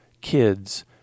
kids